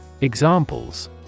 Examples